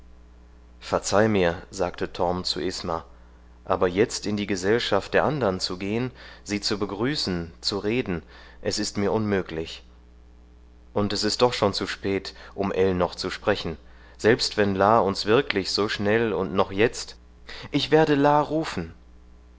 verzeih mir sagte torm zu isma aber jetzt in die gesellschaft der andern zu gehen sie zu begrüßen zu reden es ist mir unmöglich und es ist doch schon zu spät um ell noch zu sprechen selbst wenn la uns wirklich so schnell und noch jetzt ich werde la rufen